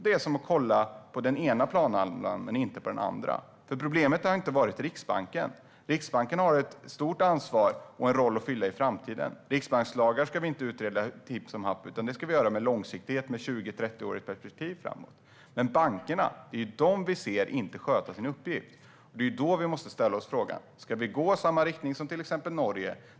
Det är som att kolla på den ena planhalvan men inte på den andra. Problemet har inte varit Riksbanken. Den har ett stort ansvar och en roll att fylla i framtiden. Och riksbankslagar ska vi inte utreda hipp som happ. Det ska göras med långt perspektiv, 20-30 år framåt. Det är bankerna som inte sköter sin uppgift. Då måste vi fråga oss om vi ska gå i samma riktning som till exempel Norge.